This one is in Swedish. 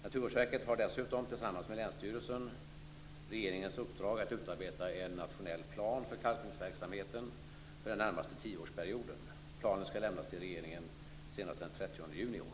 Naturvårdsverket har dessutom tillsammans med länsstyrelserna regeringens uppdrag att arbeta fram en nationell plan för kalkningsverksamheten för den närmaste tioårsperioden. Planen skall lämnas till regeringen senast den 30 juni i år.